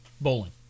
bowling